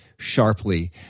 sharply